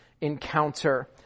encounter